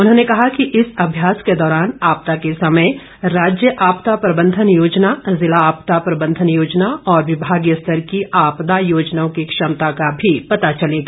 उन्होंने कहा कि इस अभ्यास के दौरान आपदा के समय राज्य आपदा प्रबंधन योजना जिला आपदा प्रबंधन योजना और विभागीय स्तर की आपदा योजनाओं की क्षमता का भी पता चलेगा